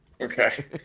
Okay